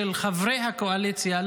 של חברי הקואליציה,